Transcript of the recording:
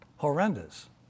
Horrendous